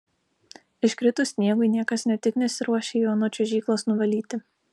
iškritus sniegui niekas ne tik nesiruošia jo nuo čiuožyklos nuvalyti